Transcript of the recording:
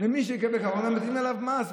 מי שיחלה בקורונה נטיל עליו מס,